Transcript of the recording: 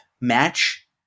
match